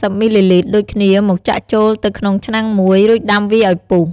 ០មីលីលីត្រដូចគ្នាមកចាក់ចូលទៅក្នុងឆ្នាំងមួយ រួចដាំវាឱ្យពុះ។